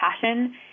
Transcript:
passion